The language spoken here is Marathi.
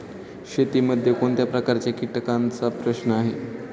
शेतीमध्ये कोणत्या प्रकारच्या कीटकांचा प्रश्न आहे?